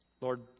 Lord